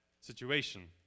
situation